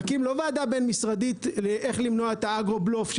להקים ועדה בין-משרדית לאיך למנוע את האגרו-בלוף,